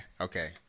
okay